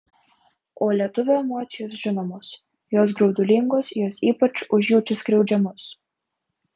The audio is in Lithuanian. o lietuvio emocijos žinomos jos graudulingos jos ypač užjaučia skriaudžiamus